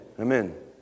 Amen